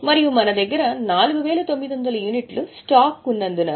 మరియు మన దగ్గర 4900 యూనిట్లు స్టాక్ ఉన్నందున